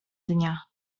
dnia